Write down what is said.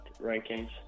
rankings